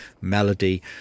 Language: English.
melody